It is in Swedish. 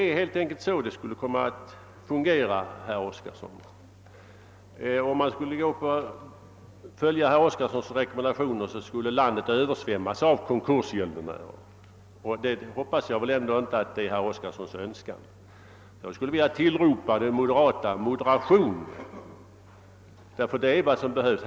Om riksdagen skulle följa herr Oskarsons rekommendation skulle landet helt enkelt översvämmas av konkursgäldenärer, och det hoppas jag att herr Oskarson inte önskar. Jag skulle vilja tillropa de moderata: Moderation! — det är nämligen vad som behövs.